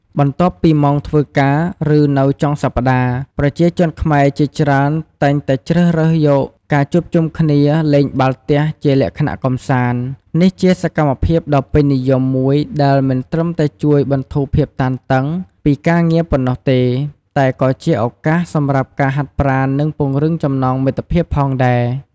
បន្ទាប់ពីម៉ោងធ្វើការ ឬនៅចុងសប្ដាហ៍ ប្រជាជនខ្មែរជាច្រើនតែងជ្រើសរើសយកការជួបជុំគ្នាលេងបាល់ទះជាលក្ខណៈកម្សាន្ត នេះជាសកម្មភាពដ៏ពេញនិយមមួយដែលមិនត្រឹមតែជួយបន្ធូរភាពតានតឹង ពីការងារប៉ុណ្ណោះទេ តែក៏ជាឱកាសសម្រាប់ការហាត់ប្រាណនិងពង្រឹងចំណងមិត្តភាពផងដែរ។